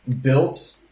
built